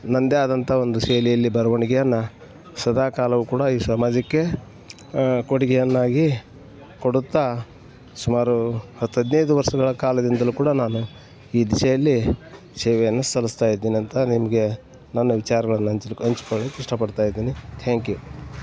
ನನ್ನದೇ ಆದಂಥ ಒಂದು ಶೈಲಿಯಲ್ಲಿ ಬರವಣ್ಗೆಯನ್ನ ಸದಾಕಾಲವೂ ಕೂಡ ಈ ಸಮಾಜಕ್ಕೆ ಕೊಡುಗೆಯನ್ನಾಗಿ ಕೊಡುತ್ತಾ ಸುಮಾರು ಹತ್ತು ಹದಿನೈದು ವರ್ಷಗಳ ಕಾಲದಿಂದಲೂ ಕೂಡ ನಾನು ಈ ದಿಶೆಯಲ್ಲಿ ಸೇವೆಯನ್ನ ಸಲ್ಲಿಸ್ತಾ ಇದ್ದೀನಿ ಅಂತ ನಿಮಗೆ ನನ್ನ ವಿಚಾರಗಳನ್ನು ಹಂಚ್ಲಿಕ್ ಹಂಚ್ಕೊಳ್ಳಿಕ್ಕೆ ಇಷ್ಟಪಡ್ತಾ ಇದ್ದೀನಿ ಥ್ಯಾಂಕ್ ಯು